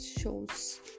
shows